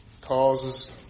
causes